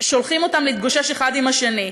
שולחים אותם להתגושש אחד עם השני,